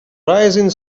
rising